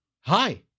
Hi